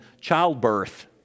childbirth